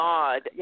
God